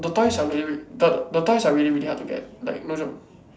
the toys are really but the toys are really really very hard to get like no joke